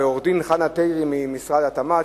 ועורכת-הדין חנה טיירי ממשרד התמ"ת,